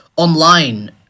online